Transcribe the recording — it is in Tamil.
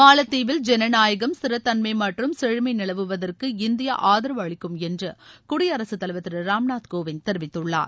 மாலத்தீவில் ஜனநாயகம் ஸ்திரத்தன்மை மற்றும் செழுமை நிலவுவதற்கு இந்தியா ஆதரவு அளிக்கும் என்று குடியரசு தலைவர் திரு ராம்நாத் கோவிந்த் தெரிவித்துள்ளார்